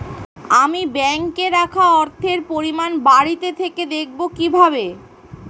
আমি ব্যাঙ্কে রাখা অর্থের পরিমাণ বাড়িতে থেকে দেখব কীভাবে?